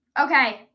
Okay